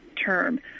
term